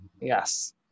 Yes